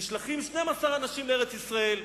נשלחים 12 אנשים לארץ-ישראל,